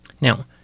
now